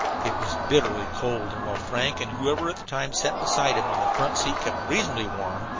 it was bitterly cold, and while frank and whoever at the time sat beside him on the front seat kept reasonably warm,